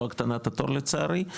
לא הקטנת התור לצערי.